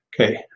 Okay